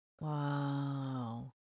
Wow